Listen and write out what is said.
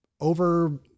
over-